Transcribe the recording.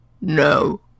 no